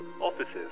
offices